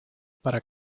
para